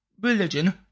religion